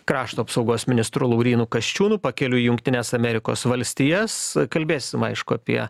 krašto apsaugos ministru laurynu kasčiūnu pakeliui į jungtines amerikos valstijas kalbėsim aišku apie